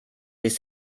sich